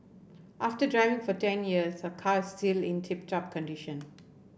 after driving for ten years her car is still in tip top condition